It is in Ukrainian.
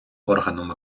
органом